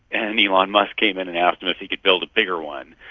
and elon musk came in and asked him if he could build a bigger one,